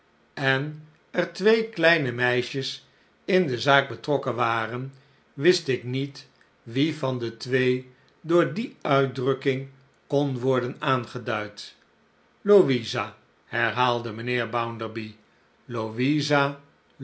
en er twee kleine meisjes in de zaak betrokken waren wist ik niet wie van de twee door die uitdrukking kon worden aangeduid louisa herhaalde mijnheer bounderby louisa